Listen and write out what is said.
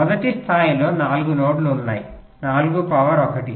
మొదటి స్థాయిలో 4 నోడ్లు ఉన్నాయి 4 పవర్ 1